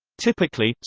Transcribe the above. typically,